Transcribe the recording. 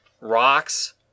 rocks